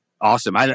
Awesome